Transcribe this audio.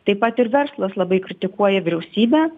taip pat ir verslas labai kritikuoja vyriausybę